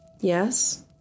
Yes